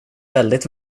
väldigt